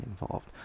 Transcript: involved